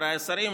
חבריי השרים,